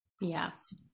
Yes